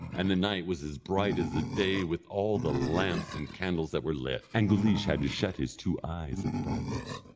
and the night was as bright as the day with all the lamps and candles that were lit, and guleesh had to shut his two eyes at the brightness.